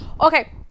okay